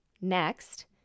Next